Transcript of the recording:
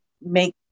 make